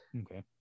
okay